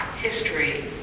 history